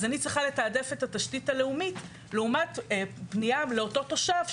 אז אני צריכה לתעדף את התשתית הלאומית לעומת פנייה לאותו תושב,